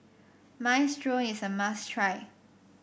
minestrone is a must try